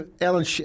Alan